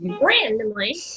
Randomly